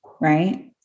right